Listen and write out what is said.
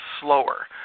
slower